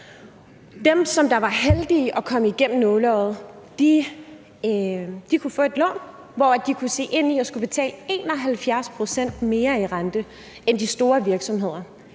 Dem, som var heldige at komme igennem nåleøjet, kunne få et lån, hvor de kunne se ind i at skulle betale 71 pct. mere i rente end de store virksomheder